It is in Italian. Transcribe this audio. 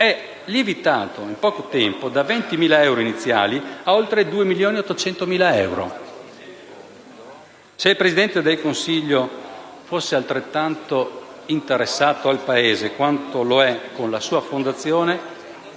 è lievitato in poco tempo passando dai 20.000 euro iniziali agli oltre 2,8 milioni di euro. Se il Presidente del Consiglio fosse altrettanto interessato al Paese quanto lo è alla sua fondazione,